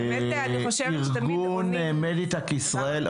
ארגון מדטק ישראל,